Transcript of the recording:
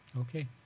Okay